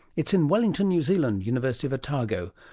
it's in wellington, new zealand, university of otago.